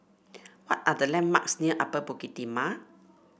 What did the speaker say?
what are the landmarks near Upper Bukit Timah